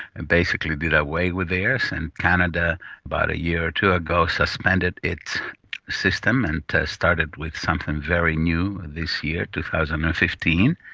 and basically did away with theirs, and canada about a year or two ago suspended its system and started with something very new this year, two thousand and fifteen.